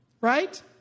Right